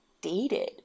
dated